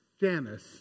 Janice